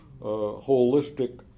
holistic